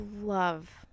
love